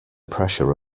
pressure